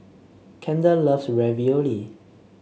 Kendall loves Ravioli